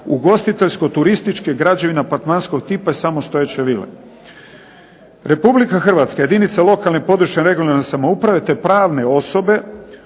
ugostiteljsko-turističke građevine apartmanskog tipa i samostojeće vile. Republika Hrvatska jedinice lokalne i područne (regionalne) samouprave te pravne osobe